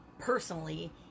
Personally